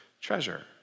treasure